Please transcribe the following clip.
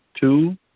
two